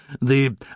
the